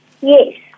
Yes